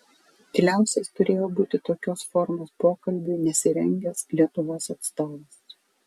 tyliausias turėjo būti tokios formos pokalbiui nesirengęs lietuvos atstovas